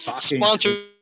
Sponsored